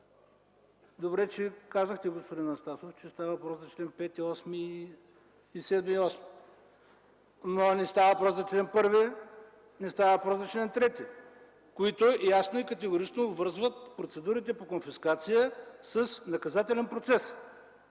Добре че казахте, господин Анастасов, че става въпрос за членове 5, 7 и 8, но не става въпрос за чл. 1, не става въпрос за чл. 3, които ясно и категорично обвързват процедурите по конфискация с наказателен процес.